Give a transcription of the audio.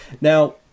Now